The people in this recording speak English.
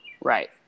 Right